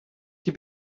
die